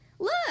Look